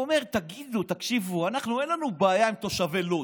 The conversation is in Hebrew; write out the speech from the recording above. הוא אומר: תקשיבו, אין לנו בעיה עם תושבי לוד,